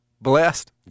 Blessed